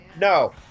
No